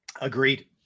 Agreed